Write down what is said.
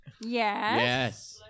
Yes